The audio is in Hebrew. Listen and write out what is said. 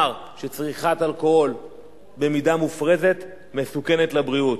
שצריכת אלכוהול במידה מופרזת מסוכנת לבריאות.